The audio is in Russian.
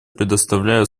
предоставляю